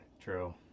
True